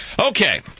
Okay